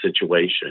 situation